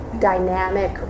dynamic